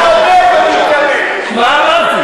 מה אמרתי?